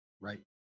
Right